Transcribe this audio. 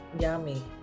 yummy